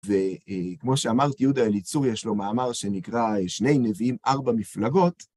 וכמו שאמרתי, יהודה אליצור יש לו מאמר שנקרא, שני נביאים, ארבע מפלגות.